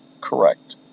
correct